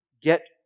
get